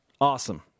Awesome